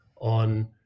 on